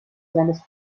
seines